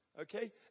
Okay